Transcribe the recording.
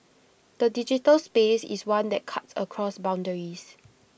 the digital space is one that cuts across boundaries